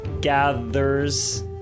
gathers